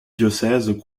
diocèse